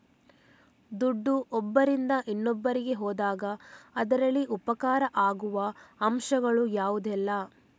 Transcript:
ದುಡ್ಡು ಒಬ್ಬರಿಂದ ಇನ್ನೊಬ್ಬರಿಗೆ ಹೋದಾಗ ಅದರಲ್ಲಿ ಉಪಕಾರ ಆಗುವ ಅಂಶಗಳು ಯಾವುದೆಲ್ಲ?